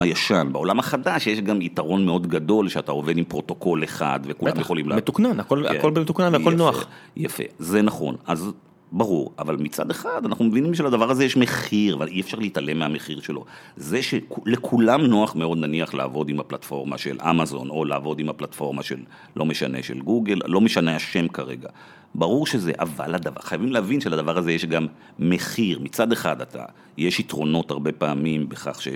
הישן, בעולם החדש יש גם יתרון מאוד גדול, שאתה עובד עם פרוטוקול אחד וכולם יכולים לה... בטח, מתוקנון, הכל במתוקנון והכל נוח. יפה, זה נכון, אז ברור, אבל מצד אחד אנחנו מבינים שלדבר הזה יש מחיר, אבל אי אפשר להתעלם מהמחיר שלו. זה שלכולם נוח מאוד נניח לעבוד עם הפלטפורמה של אמזון, או לעבוד עם הפלטפורמה של לא משנה של גוגל, לא משנה השם כרגע. ברור שזה, אבל חייבים להבין שלדבר הזה יש גם מחיר. מצד אחד אתה, יש יתרונות הרבה פעמים בכך ש...